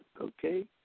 okay